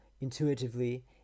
intuitively